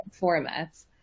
formats